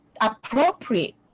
appropriate